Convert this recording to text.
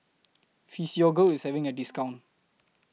Physiogel IS having A discount